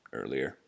earlier